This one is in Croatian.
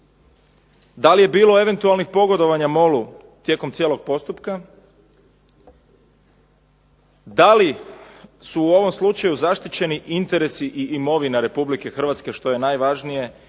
Da li je bilo eventualnih pogodovanja MOL-u tijekom cijelog postupka? Da li su u ovom slučaju zaštićeni interesi i imovina Republike Hrvatske što je najvažnije